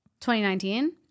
2019